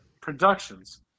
productions